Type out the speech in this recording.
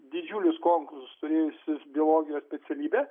didžiulius konkursus turėjusius biologijos specialybę